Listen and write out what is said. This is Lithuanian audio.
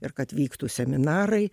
ir kad vyktų seminarai